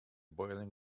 boiling